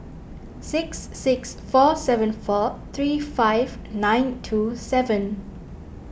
six six four seven four three five nine two seven